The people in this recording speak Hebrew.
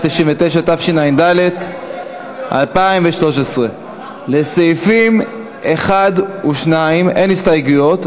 התשע"ד 2013. לסעיפים 1 ו-2 אין הסתייגויות.